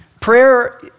Prayer